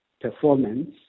performance